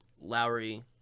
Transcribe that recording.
Lowry